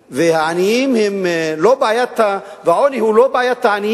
גם אם לא תודה בכך כל יום,